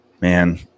Man